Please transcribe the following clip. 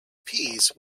peace